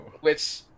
which-